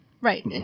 Right